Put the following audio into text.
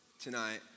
tonight